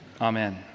Amen